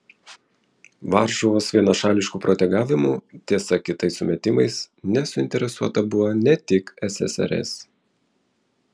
varšuvos vienašališku protegavimu tiesa kitais sumetimais nesuinteresuota buvo ne tik ssrs